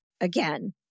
again